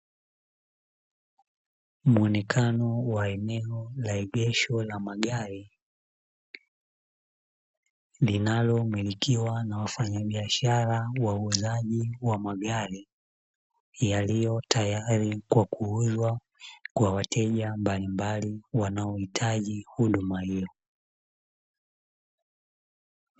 Muonekano wa eneo la maegesho la magari linalomilikiwa na wafanyabiashara wauzaji wa magari yaliyotayari kwa kuuzwa kwa wateja mbalimbali wanaohitaji huduma hiyo.